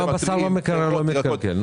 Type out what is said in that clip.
גם בשר במקרר לא מתקלקל.